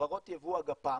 חברות יבוא הגפ"מ.